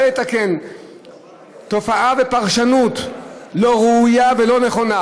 באה לתקן תופעה ופרשנות לא ראויה ולא נכונה,